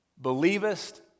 Believest